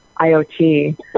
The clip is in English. IoT